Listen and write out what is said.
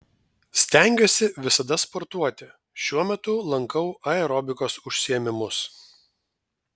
stengiuosi visada sportuoti šiuo metu lankau aerobikos užsiėmimus